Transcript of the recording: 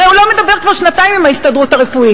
הרי הוא לא מדבר כבר שנתיים עם ההסתדרות הרפואית.